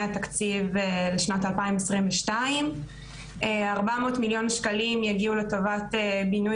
התקציב לשנת 2022. 400 מיליון שקלים יגיעו לטובת בינוי